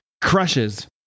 crushes